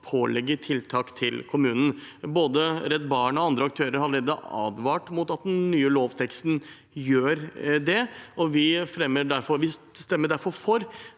pålegge kommunen tiltak. Både Redd Barna og andre aktører har allerede advart mot at den nye lovteksten gjør det, og vi stemmer derfor for